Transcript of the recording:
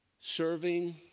Serving